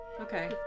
Okay